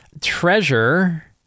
Treasure